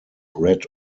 red